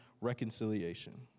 reconciliation